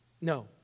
No